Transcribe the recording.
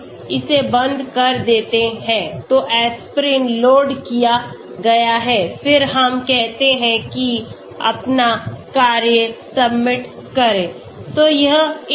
हम इसे बंद कर देते हैं तो एस्पिरिन लोड किया गया है फिर हम कहते हैं कि अपना कार्य सबमिट करें